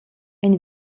ein